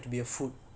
okay